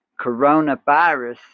coronavirus